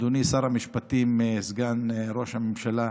אדוני שר המשפטים, סגן ראש הממשלה,